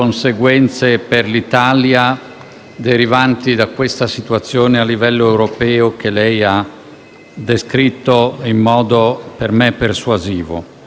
Il primo punto è l'atteggiamento dell'Italia nei confronti dell'Unione europea.